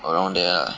around there